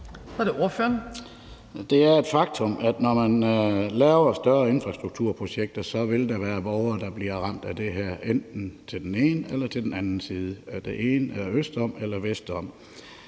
Det er et faktum, at når man laver større infrastrukturprojekter, vil der være borgere, der bliver ramt af det enten til den ene eller til den anden side, østom eller vestom.